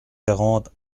quarante